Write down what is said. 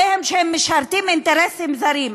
אומרים עליהם "שתולים"; אומרים עליהם שהם משרתים אינטרסים זרים.